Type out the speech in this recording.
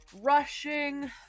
rushing